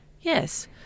yes